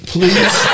Please